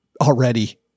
already